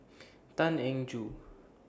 Tan Eng Joo